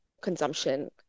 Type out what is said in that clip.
consumption